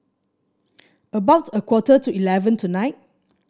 about a quarter to eleven tonight